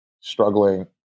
struggling